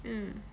mm